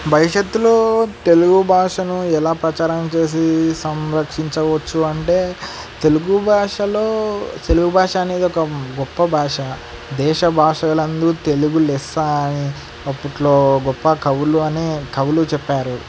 భవిష్యత్తులో తెలుగు భాషను ఎలా ప్రచారం చేసి సంరక్షించవచ్చు అంటే తెలుగు భాషలో తెలుగు భాష అనేది ఒక గొప్ప భాష దేశ భాషలందు తెలుగు లెస్స అని అప్పట్లో గొప్ప కవులు అని కవులు చెప్పారు